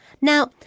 Now